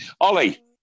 Ollie